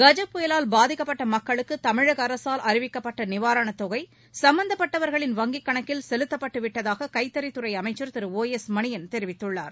கஜ புயலால் பாதிக்கப்பட்ட மக்களுக்கு தமிழக அரசால் அறிவிக்கப்பட்ட நிவாரணத் தொகை சும்பந்தப்பட்டவர்களின் வங்கிக் கணக்கில் செலுத்தப்பட்டு விட்டதாக கைத்தறித்துறை அமைச்சர் தெரிவித்துள்ளார்